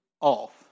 off